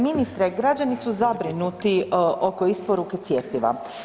Ministre, građani su zabrinuti oko isporuke cjepiva.